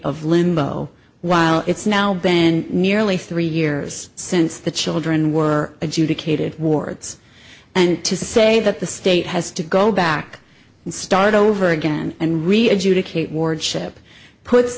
of limbo while it's now been nearly three years since the children were adjudicated wards and to say that the state has to go back and start over again and really adjudicate ward ship puts